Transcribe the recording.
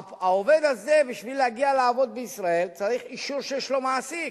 העובד הזה בשביל להגיע לעבוד בישראל צריך אישור שיש לו מעסיק.